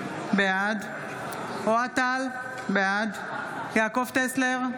בעד אוהד טל, בעד יעקב טסלר,